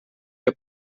que